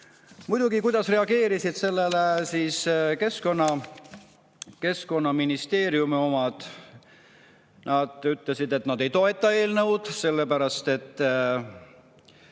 Kuidas reageerisid sellele keskkonnaministeeriumi omad? Nad ütlesid, et nad ei toeta eelnõu, sellepärast et